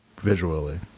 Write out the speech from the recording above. visually